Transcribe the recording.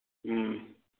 ꯎꯝ